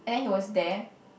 and then he was there